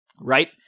right